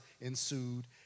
ensued